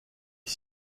est